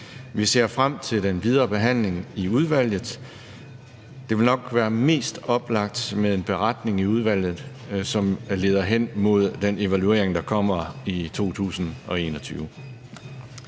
Vi ser frem til den videre behandling i udvalget. Det vil nok være mest oplagt med en beretning i udvalget, som leder hen mod den evaluering, der kommer i 2021.